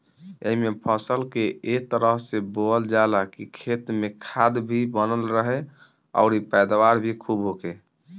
एइमे फसल के ए तरह से बोअल जाला की खेत में खाद भी बनल रहे अउरी पैदावार भी खुब होखे